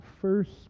first